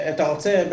אתה רוצה,